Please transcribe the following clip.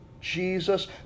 Jesus